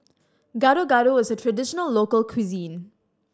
Gado Gado is a traditional local cuisine